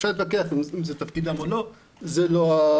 אפשר להתווכח אם זה תפקידם או לא, אך לא זה המקום.